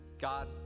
God